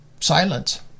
silence